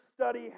study